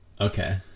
okay